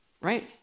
right